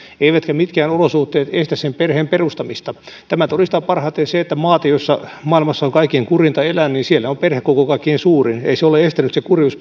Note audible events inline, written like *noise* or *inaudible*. eivätkä mitkään olosuhteet estä sen perheen perustamista tämän todistaa parhaiten se että maissa joissa maailmassa on kaikkein kurjinta elää perhekoko on kaikkein suurin ei se kurjuus *unintelligible*